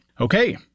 Okay